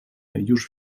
już